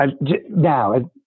Now